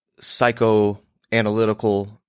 psychoanalytical